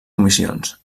comissions